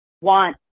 want